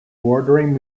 bordering